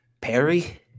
Perry